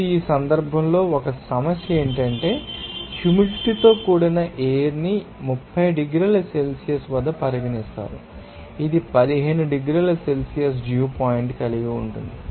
ఇప్పుడు ఈ సందర్భంలో ఒక సమస్య ఏమిటంటే హ్యూమిడిటీ తో కూడిన ఎయిర్ ని 30 డిగ్రీల సెల్సియస్ వద్ద పరిగణిస్తారు ఇది 15 డిగ్రీల సెల్సియస్ డ్యూ పాయింట్ కలిగి ఉంటుంది